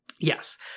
yes